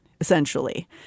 essentially